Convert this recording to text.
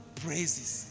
praises